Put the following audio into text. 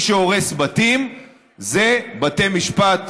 מי שהורס בתים זה בתי משפט,